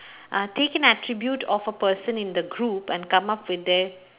uh take an attribute of a person in the group and come out with a